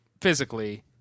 physically